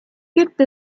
gibt